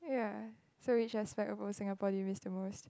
yeah so which aspect of Singapore do you miss the most